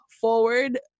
forward